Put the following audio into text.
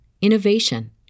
innovation